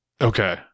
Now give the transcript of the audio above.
okay